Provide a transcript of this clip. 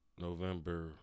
November